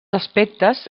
aspectes